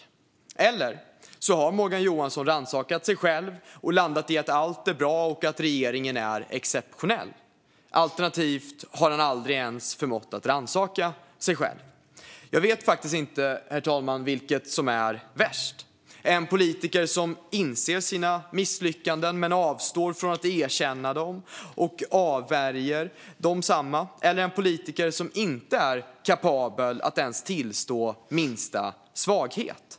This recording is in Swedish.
Antingen är det så, eller så har Morgan Johansson rannsakat sig själv och landat i att allt är bra och att regeringen är exceptionell. Alternativt har han aldrig ens förmått rannsaka sig själv. Jag vet faktiskt inte, herr talman, vilket som är värst: en politiker som inser sina misslyckanden men avstår från att erkänna dem och avvärjer desamma eller en politiker som inte är kapabel att ens tillstå minsta svaghet.